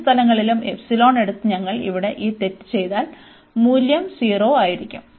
രണ്ട് സ്ഥലങ്ങളിലും എപ്സിലോൺ എടുത്ത് ഞങ്ങൾ ഇവിടെ ഈ തെറ്റ് ചെയ്താൽ മൂല്യം 0 ആയിരിക്കും